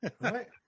Right